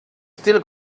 still